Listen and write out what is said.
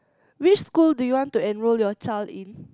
which school do you want to enroll your child in